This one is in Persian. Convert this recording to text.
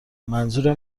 منظورم